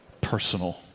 personal